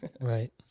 Right